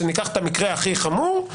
שניקח את המקרה הכי חמור,